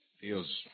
Feels